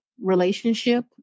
relationship